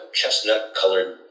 chestnut-colored